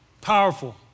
Powerful